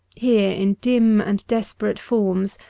here in dim and desperate forms,